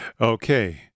okay